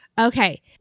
okay